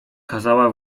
kazała